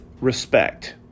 respect